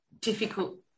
difficult